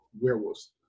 werewolves